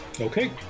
okay